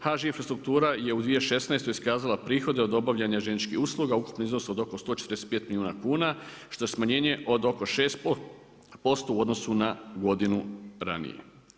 HŽ infrastruktura je u 2016. iskazala prihode od obavljanja željezničkih usluga u ukupnom iznosu od oko 145 milijuna kuna što je smanjenje od oko 6% u odnosu na godinu ranije.